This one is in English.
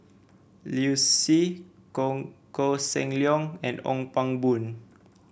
Liu Si Koh Seng Leong and the Ong Pang Boon